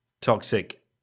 toxic